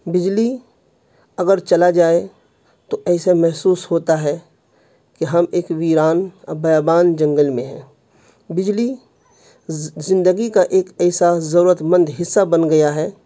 بجلی اگر چلا جائے تو ایسا محسوس ہوتا ہے کہ ہم ایک ویران اور بیابان جنگل میں ہیں بجلی زندگی کا ایک ایسا ضرورت مند حصہ بن گیا ہے